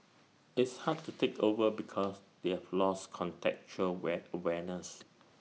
it's hard to take over because they have lost contextual wet wariness